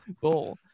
bowl